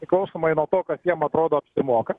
priklausomai nuo to kas jiem atrodo apsimoka